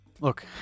look